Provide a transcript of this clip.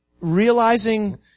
realizing